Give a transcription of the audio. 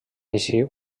així